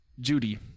judy